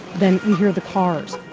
then you hear the cars